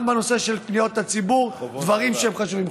גם בנושא של פניות הציבור, דברים שהם חשובים.